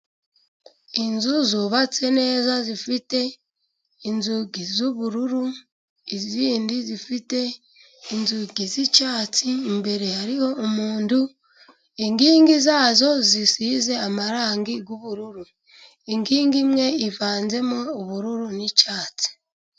Inzu zubatse neza zifite inzugi z'ubururu, izindi zifite inzugi z'icyatsi, imbere hariho umuntu, inkingi zazo zisize amarangi y'ubururu. Inkigi imwe ivanzemo ubururu n'icyatsi.